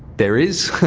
there is.